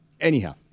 Anyhow